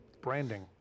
branding